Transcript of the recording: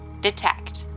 Detect